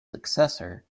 successor